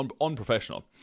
unprofessional